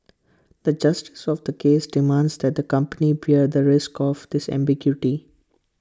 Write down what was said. the justice of the case demands that the company bear the risk of this ambiguity